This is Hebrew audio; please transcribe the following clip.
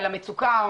על המצוקה,